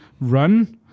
run